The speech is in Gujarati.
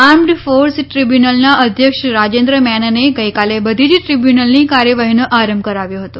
આર્મડ ફોર્સ ટ્રીબ્યૂનલના અધ્યક્ષ રાજેન્દ્ર મેનને ગઈકાલે બધી જ ટ્રીબ્યૂનલની કાર્યવાહીનો આરંભ કરાવ્યો હતો